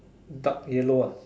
dark yellow ah